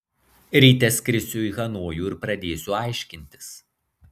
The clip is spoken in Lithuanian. ryte skrisiu į hanojų ir pradėsiu aiškintis